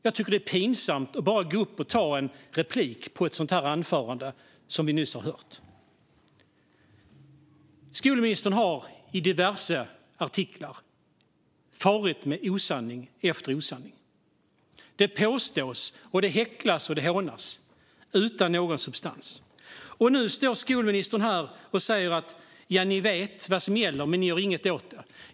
Jag tycker att det är pinsamt att gå upp i debatten och ta replik på ett sådant anförande som vi nyss har hört. Skolministern har i diverse artiklar farit med osanning efter osanning. Det påstås, det häcklas och det hånas utan någon substans. Och nu står skolministern här och säger: Ni vet vad som gäller, men ni gör inget åt det.